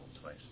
twice